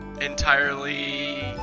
entirely